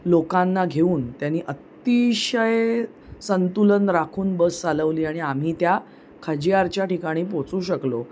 लना घेऊन त्यानी अतिशय संतुलन राखून बस चालवली आणि आम्ही त्या खाजिअरच्या ठिकाणी पोचू शकलो